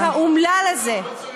באמצעות החוק האומלל הזה.